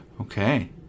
Okay